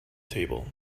table